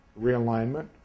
realignment